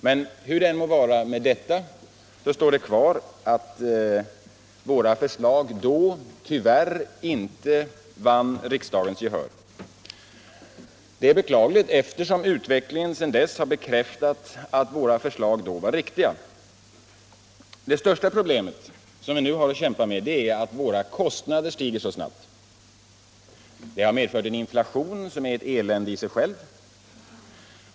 Men hur det nu än må vara med detta står det kvar, att våra förslag då ej vann riksdagens gehör. Det är beklagligt, eftersom utvecklingen sedan dess har bekräftat att våra förslag var riktiga. Det största problemet är att våra kostnader stigit så snabbt. Detta har medfört en inflation som är ett elände i sig själv.